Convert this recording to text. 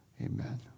Amen